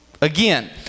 Again